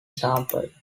sample